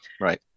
Right